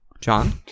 John